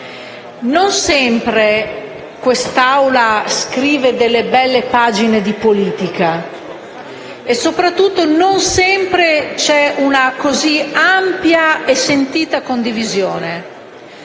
non sempre quest'Assemblea scrive delle belle pagine di politica e soprattutto non sempre si registra una così ampia e sentita condivisione.